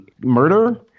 murder